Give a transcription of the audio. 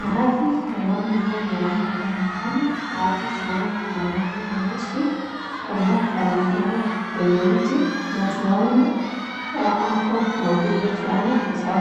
Maradhi ya Ng'ombe huwa ni ya aina mbalimbali na hapa kuna Ng'ombe mweusi ambaye amefungwa kwenye mti na tunaona ako na ugonjwa fulani na